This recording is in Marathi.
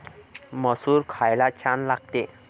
मसूर खायला छान लागते